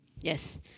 yes